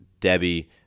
Debbie